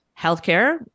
Healthcare